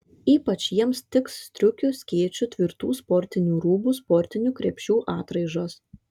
ypač jiems tiks striukių skėčių tvirtų sportinių rūbų sportinių krepšių atraižos